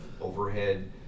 overhead